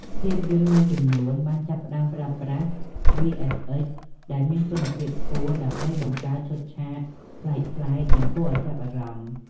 ភាពយន្តមួយចំនួនបានចាប់ផ្តើមប្រើប្រាស់ VFX ដែលមានគុណភាពខ្ពស់ ដើម្បីបង្កើតឈុតឆាកប្លែកៗ និងគួរឱ្យចាប់អារម្មណ៍។